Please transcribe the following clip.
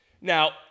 Now